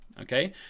okay